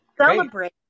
celebrate